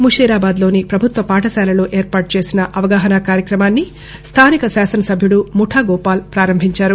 ముషీరాబాద్లోని ప్రభుత్వ పాఠశాలలో ఏర్పాటు చేసిన అవగాహన కార్యక్రమాన్ని స్థానిక శాసనసభ్యుదు ముఠా గోపాల్ పారంభించారు